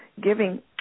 giving